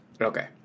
Okay